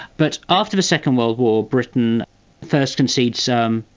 but after the second world war britain first concedes so um